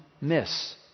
miss